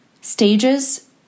stages